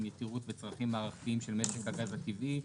"יתירות בצרכים מערכתיים של משק הגז הטבעי",